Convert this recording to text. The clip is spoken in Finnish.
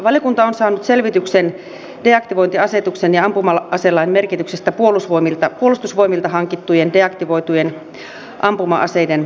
valiokunta on saanut selvityksen deaktivointiasetuksen ja ampuma aselain merkityksestä puolustusvoimilta hankittujen deaktivoitujen ampuma aseiden kannalta